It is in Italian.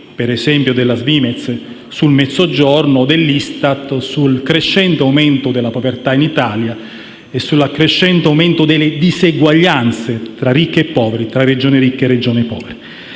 per esempio della Svimez, sul Mezzogiorno, o dell'Istat, sul crescente aumento della povertà in Italia e delle diseguaglianze tra ricchi e poveri e tra Regioni ricche e povere.